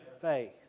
Faith